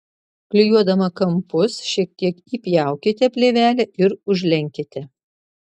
klijuodama kampus šiek tiek įpjaukite plėvelę ir užlenkite